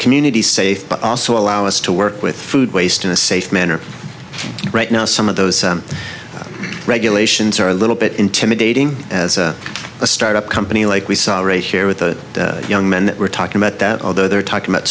community safe but also allow us to work with food waste in a safe manner right now some of those regulations are a little bit intimidating as a start up company like we saw or a here with the young men were talking about that although they're talking about